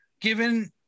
given